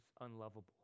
unlovable